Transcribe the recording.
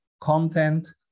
content